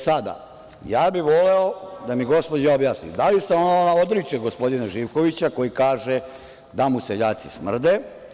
Sada, voleo bih da mi gospođa objasni da li se ona odriče gospodina Živkovića koji kaže da mu seljaci smrde.